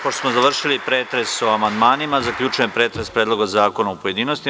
Pošto smo završili pretres o amandmanima, zaključujem pretres Predloga zakona u pojedinostima.